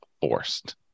forced